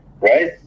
right